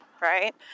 right